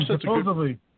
supposedly